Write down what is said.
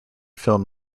film